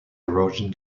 erosion